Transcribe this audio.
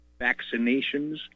Vaccinations